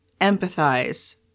empathize